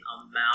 amount